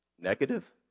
Negative